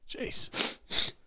jeez